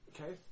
Okay